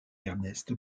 ernest